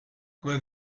comme